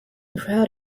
proud